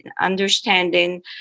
understanding